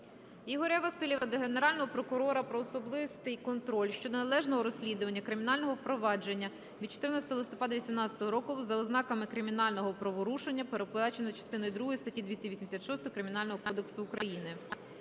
Ігоря Василіва до Генерального прокурора про особистий контроль щодо належного розслідування кримінального провадження від 14 листопада 18-го року за ознаками кримінального правопорушення, передбаченого частиною другою статті 286 Кримінального кодексу України.